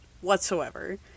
whatsoever